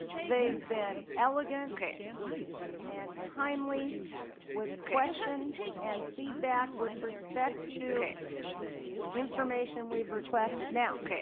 they have been elegant and timely with questions and feedback with respect to information we have requested. now.